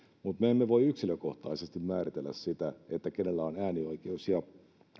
mutta me emme voi yksilökohtaisesti määritellä sitä kenellä on äänioikeus ja